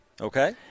Okay